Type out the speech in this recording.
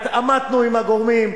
התעמתנו עם הגורמים,